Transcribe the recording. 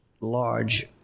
large